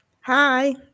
Hi